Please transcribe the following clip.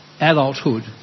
adulthood